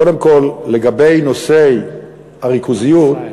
קודם כול לגבי נושאי הריכוזיות,